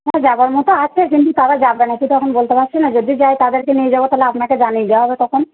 হ্যাঁ যাওয়ার মতো আছে কিন্তু তারা যাবে নাকি তো এখন বলতে পারছি না যদি যায় তাদেরকে নিয়ে যাব তাহলে আপনাকে জানিয়ে দেওয়া হবে তখন